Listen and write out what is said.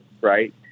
right